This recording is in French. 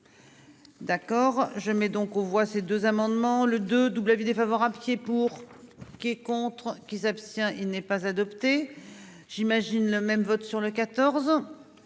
D'accord je mets donc on voit ces deux amendements le de double avis défavorable pour qui est contre qui s'abstient. Il n'est pas adopté. J'imagine le même vote sur le 14